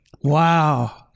Wow